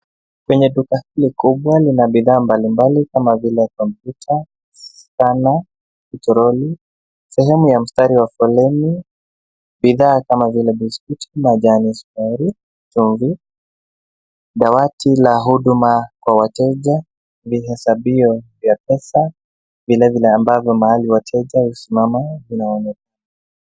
Kwenye duka hili kubwa lina bidhaa mbalimbali kama vile kompyuta, spana, toroli, sehemu ya mstari wa foleni. Bidhaa kama vile biskuti, majani, sukari, toroli, dawati la huduma kwa wateja, vihesabio vya pesa vilevile ambavyo mahali wateja husimama vinaonekana.